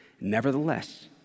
Nevertheless